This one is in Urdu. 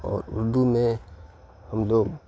اور اردو میں ہم لوگ